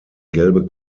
gelbe